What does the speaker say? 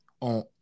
On